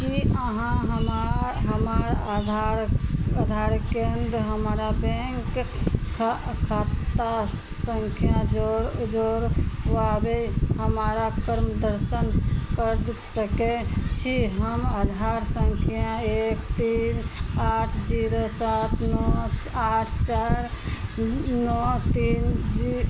की अहाँ हमर हमर आधार आधार केन्द हमरा बैंक ख खता संख्या जोड़ जोड़ हमराकऽ मार्गदर्शन कर सकै छी हम आधार संख्या एक तीन आठ जीरो सात नओ आठ चार नओ तीन जीरो